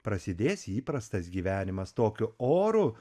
prasidės įprastas gyvenimas tokiu oru